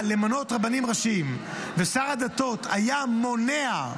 למנות רבנים ראשיים ושר הדתות היה מונע,